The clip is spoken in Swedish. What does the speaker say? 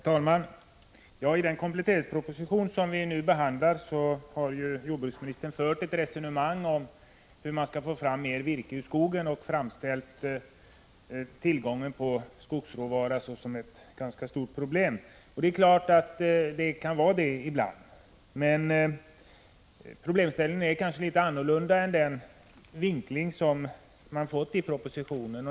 Herr talman! I den kompletteringsproposition som vi nu behandlar har jordbruksministern fört ett resonemang om hur man skall få fram mer virke ur skogen och framställt tillgången på skogsråvara som ett ganska stort Prot. 1985/86:165 problem. Det är klart att det kan vara det ibland, men problemställningen 6 juni 1986 stämmer kanske inte riktigt med den vinkling som den fått i propositionen.